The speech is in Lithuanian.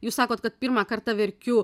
jūs sakot kad pirmą kartą verkiu